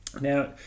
Now